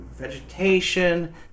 Vegetation